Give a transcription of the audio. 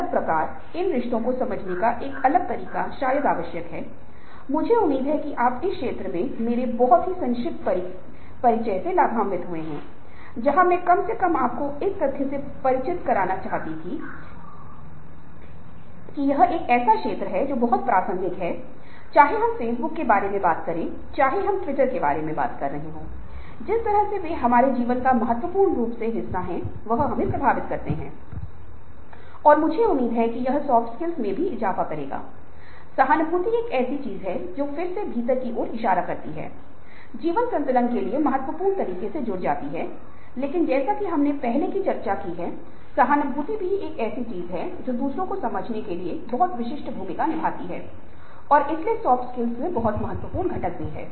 इसलिए यदि आप अपने भीतर मानचित्र बनाते हैं तो आपकी ताकत वैसी हो सकती है आपके पास अच्छे विश्लेषणात्मक कौशल हों आपके पास माइंड सेट प्रतिबिंबित हो जैसे आप लिस्टिंग पर जाएंगे आप अच्छे गणितीय दिमाग के हो सकते हैं और आपके पास अच्छा मॉडलिंग कौशल होनेकी अधिक संभावना है आप अच्छे शोधकर्ता होने की संभावना रखते हैं लेकिन इसी तरह की कमजोरी आप प्रतिबिंबित करने के बाद अपने आप में 1 से 10 को इंगित कर सकते हैं आप इंगित कर सकते हैं कि मेरे पास अच्छी क्षमता है लेकिन एक ही समय में मेरे पास अच्छी अभिव्यक्ति शक्ति नहीं है मैं अंग्रेजी में बहुत अच्छा नहीं लिखता हूँ इसलिए यह आपकी कमजोरी हो सकती है आपके पास विश्लेषणात्मक कौशल चिंतनशील कौशल गणितीय क्षमता हो सकती है लेकिन साथ ही साथ जटिल समस्या को सुलझाने के कौशल भी हैं लेकिन साथ ही साथ आपके पास अच्छी भाषा कौशल के साथ साथ अभिव्यक्ति शक्ति नहीं है